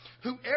Whoever